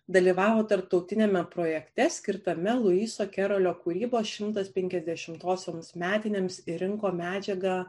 dalyvavo tarptautiniame projekte skirtame luiso kerolio kūrybos šimtas penkiasdešimtosioms metinėms ir rinko medžiagą